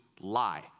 lie